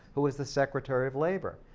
who was the secretary of labor,